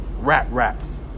rap-raps